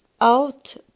out